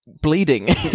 bleeding